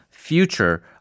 Future